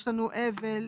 אבל,